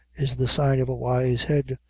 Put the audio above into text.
is the sign of a wise-head,